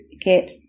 get